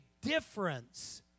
difference